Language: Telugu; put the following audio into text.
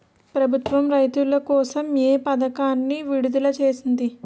ప్రభుత్వం రైతుల కోసం ఏ పథకాలను విడుదల చేసింది?